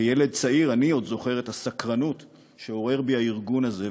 כילד צעיר אני עוד זוכר את הסקרנות שעורר בי הארגון הזה,